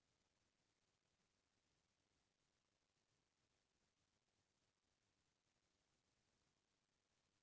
आजकल मनसे मन अपन पइसा ल म्युचुअल फंड म निवेस करे बर धर ले हवय